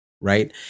right